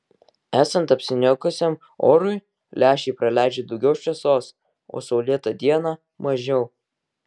esant apsiniaukusiam orui lęšiai praleidžia daugiau šviesos o saulėtą dieną mažiau